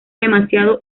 demasiado